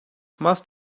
must